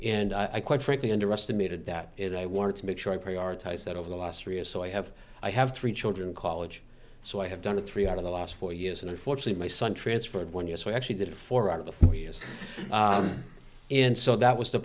and i quite frankly underestimated that it i wanted to make sure i prioritize that over the last three years so i have i have three children college so i have done a three out of the last four years and unfortunately my son transferred one year so i actually did four out of the four years and so that was the